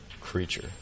creature